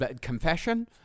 confession